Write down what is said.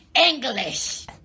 English